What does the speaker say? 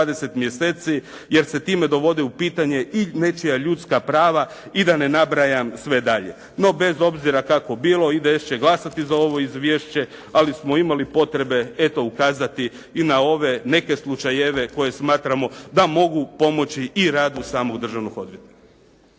mjeseci jer se time dovode u pitanje i nečija ljudska prava i da ne nabrajam sve dalje. No bez obzira kako bilo IDS će glasati za ovo izvješće ali smo imali potrebe eto ukazati i na ove neke slučajeve koje smatramo da mogu pomoći i radu samog državnog odvjetnika.